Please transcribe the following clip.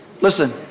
Listen